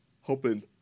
hoping